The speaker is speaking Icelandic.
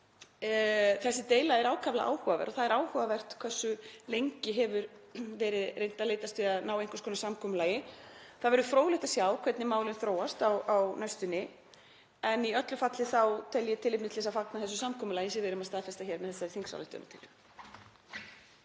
Þessi deila er ákaflega áhugaverð og það er áhugavert hversu lengi hefur verið reynt að leitast við að ná einhvers konar samkomulagi. Það verður fróðlegt að sjá hvernig málin þróast á næstunni en í öllu falli tel ég tilefni til að fagna þessu samkomulagi sem við erum að staðfesta hér með þessari þingsályktunartillögu.